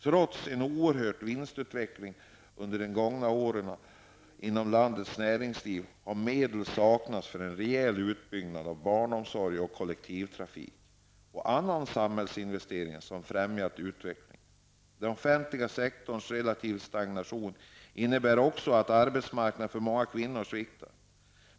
Trots en oerhörd vinstutveckling inom landets näringsliv under de gångna åren har medel saknats för en rejäl utbyggnad av barnomsorg, kollektivtrafik och annan samhällsservice som kan främja utvecklingen. Den offentliga sektorns relativa stagnation innebär också att arbetsmarknaden för många kvinnor sviktar.